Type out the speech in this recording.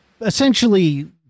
essentially